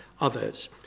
others